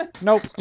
Nope